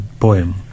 poem